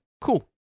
cool